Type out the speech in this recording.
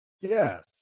Yes